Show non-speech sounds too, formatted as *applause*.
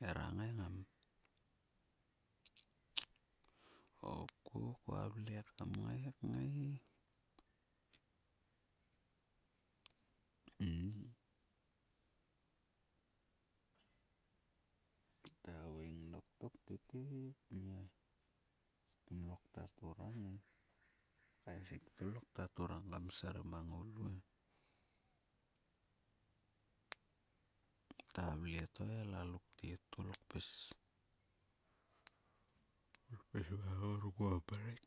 Ngira ngaingam, kua hopku kavle kam ngai kngai. *unintelligible* ta havaing dok tok tete kmia. Kum lokta turang e. Ku kaesik to lokta turang kam srim a ngoulu e. Kta vle to e lalu ktet tkoul kpis, tkoul pis mang ngor kua mrek